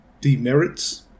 demerits